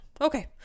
okay